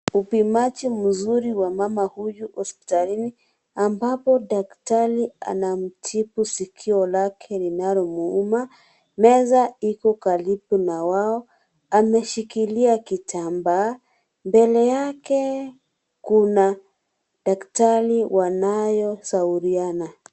Upimaji mzuri wa mama huyu hospitalini ambapo daktari anamtibu sikio lake linalomuuma. Meza iko karibu na wao. Ameshikilia kitambaa. Mbele yake kuna daktari wanaoshauriana.